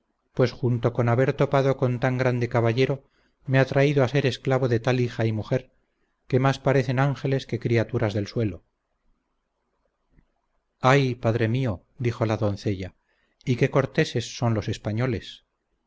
pues junto con haber topado con tan grande caballero me ha traído a ser esclavo de tal hija y mujer que más parecen ángeles que criaturas del suelo ay padre mío dijo la doncella y qué corteses son los españoles